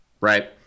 right